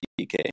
DK